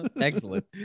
Excellent